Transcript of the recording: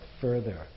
further